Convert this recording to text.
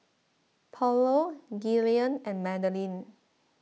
Paulo Gillian and Madeline